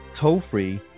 toll-free